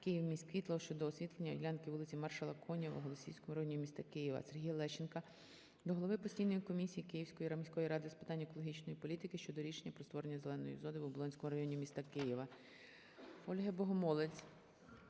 "Київміськсвітло" щодо освітлення ділянки вулиці Маршала Конєва в Голосіївському районі міста Києва. Сергія Лещенка до голови Постійної комісії Київської міської ради з питань екологічної політики щодо рішення про створення зеленої зони вОболонському районі міста Києва. Ольги Богомолець